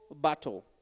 battle